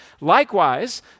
Likewise